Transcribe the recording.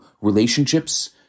relationships